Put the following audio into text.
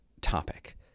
topic